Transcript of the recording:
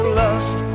lust